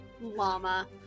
llama